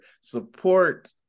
Support